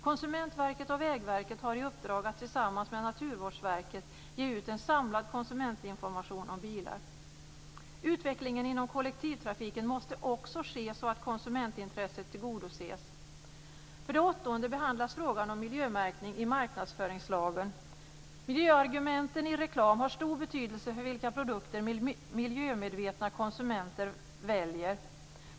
Konsumentverket och Vägverket har i uppdrag att tillsammans med Naturvårdsverket ge ut en samlad konsumentinformation om bilar. Utvecklingen inom kollektivtrafiken måste också ske på ett sådant sätt att konsumentintresset tillgodoses. För det åttonde behandlas frågan om miljömärkning i marknadsföringslagen. Miljöargumenten i reklam har stor betydelse för vilka produkter miljömedvetna konsumenter väljer.